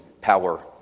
power